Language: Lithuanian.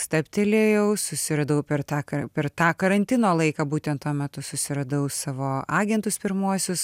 stabtelėjau susiradau per tą ka per tą karantino laiką būtent tuo metu susiradau savo agentus pirmuosius